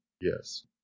Yes